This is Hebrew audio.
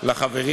לחברים